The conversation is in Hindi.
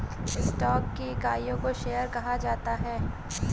स्टॉक की इकाइयों को शेयर कहा जाता है